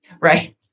Right